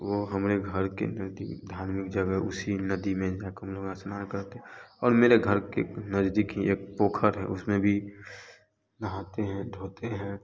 वो हमरे घर के नजदीक धार्मिक जगह उसी नदी में जाके हम लोग स्नान करते और मेरे घर के नजदीक ही एक पोखर है उसमें भी नहाते हैं धोते हैं